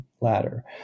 ladder